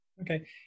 okay